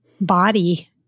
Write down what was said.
body